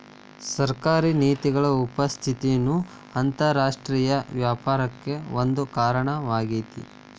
ಸರ್ಕಾರಿ ನೇತಿಗಳ ಉಪಸ್ಥಿತಿನೂ ಅಂತರರಾಷ್ಟ್ರೇಯ ವ್ಯಾಪಾರಕ್ಕ ಒಂದ ಕಾರಣವಾಗೇತಿ